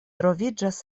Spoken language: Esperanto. troviĝas